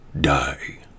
die